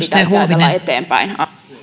pitäisi ajatella eteenpäin